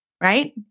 right